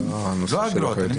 לא אגרות.